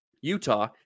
Utah